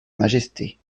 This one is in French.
majesté